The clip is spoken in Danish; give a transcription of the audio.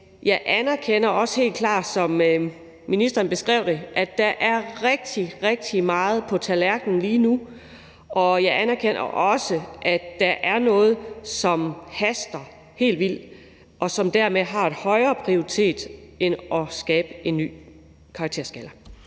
jeg anerkender også helt klart, som ministeren beskrev det, at der er rigtig, rigtig meget på tallerkenen lige nu, og jeg anerkender også, at der er noget, som haster helt vildt, og som dermed har en højere prioritet end at skabe en ny karakterskala.